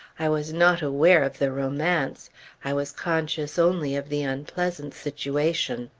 i was not aware of the romance i was conscious only of the unpleasant situation.